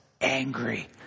angry